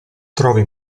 trovi